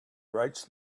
writes